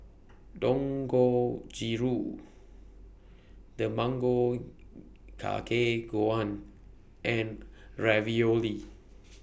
Dangojiru Tamago Kake Gohan and Ravioli